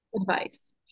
advice